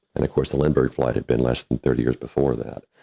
and of course, the lindbergh flight had been less than thirty years before that.